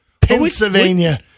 Pennsylvania